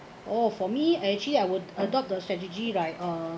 oh for me actually I would adopt the strategy right uh